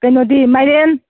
ꯀꯩꯅꯣꯗꯤ ꯃꯥꯏꯔꯦꯟ